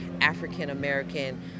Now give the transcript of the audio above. African-American